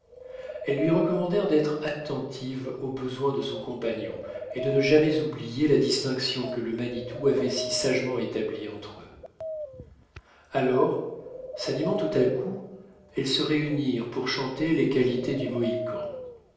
elles lui recommandèrent d'être attentive aux besoins de son compagnon et de ne jamais oublier la distinction que le manitou avait si sagement établie entre eux alors s'animant tout à coup elles se réunirent pour chanter les qualités du mohican